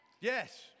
Yes